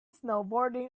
snowboarding